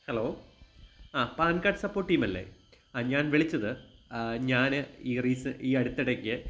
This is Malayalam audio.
ഹലോ ആ പാൻ കാഡ് സപ്പോട്ട് ടീമല്ലേ ആ ഞാൻ വിളിച്ചത് ഞാന് ഈ റീസ ഈ അടുത്തിടയ്ക്ക്